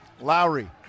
Lowry